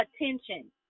attention